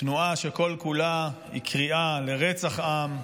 תנועה שכל-כולה היא קריאה לרצח עם,